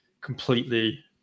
completely